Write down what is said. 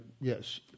yes